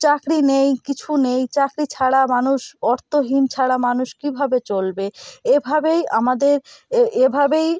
চাকরি নেই কিছু নেই চাকরি ছাড়া মানুষ অর্থহীন ছাড়া মানুষ কীভাবে চলবে এভাবেই আমাদের এভাবেই